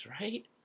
right